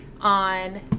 on